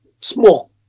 small